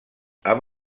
amb